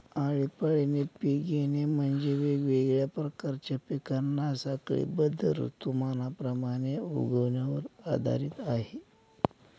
आळीपाळीने पिक घेणे म्हणजे, वेगवेगळ्या प्रकारच्या पिकांना साखळीबद्ध ऋतुमानाप्रमाणे उगवण्यावर आधारित आहे